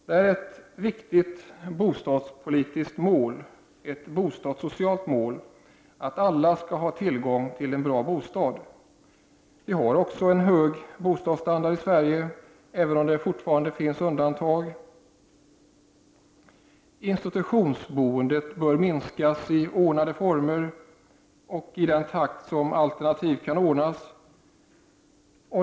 Det är ett viktigt bostadssocialt mål att alla skall ha tillgång till en bra bostad. Vi har en hög bostadsstandard i Sverige, även om det fortfarande finns undantag. Institutionsboendet i ordnade former bör minskas och i den takt alternativ kan ordnas.